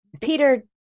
Peter